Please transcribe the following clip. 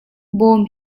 bawm